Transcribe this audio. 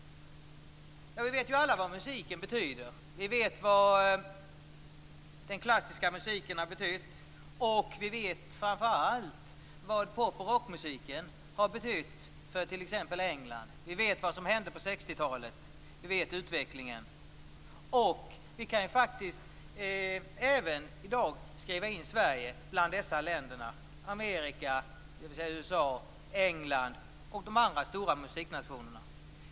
Vi vet alla vad musiken betyder. Vi vet vad den klassiska musiken har betytt, och vi vet framför allt vad pop och rockmusiken har betytt för t.ex. England. Vi vet vad som hände på 60-talet och känner till utvecklingen. Vi kan faktiskt även i dag skriva in Sverige bland dessa länder: USA, England och de andra stora musiknationerna.